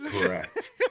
correct